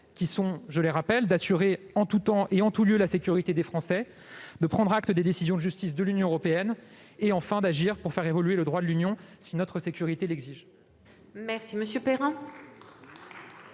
qui sont, je le rappelle, d'assurer en tout temps et en tout lieu la sécurité des Français, de prendre acte des décisions de justice de l'Union européenne et, enfin, d'agir pour faire évoluer le droit de l'Union européenne si notre sécurité l'exige.